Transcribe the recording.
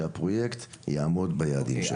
שהפרויקט יעמוד ביעדים שלו.